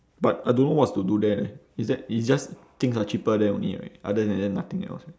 but I don't know what's to do there leh is that it's just things are cheaper there only right other than that nothing else right